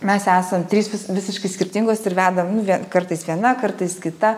mes esam trys vis visiškai skirtingos ir vedam nu vie kartais viena kartais kita